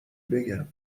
بگم